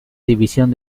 división